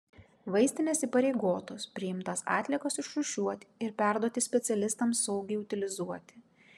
vaistinės įpareigotos priimtas atliekas išrūšiuoti ir perduoti specialistams saugiai utilizuoti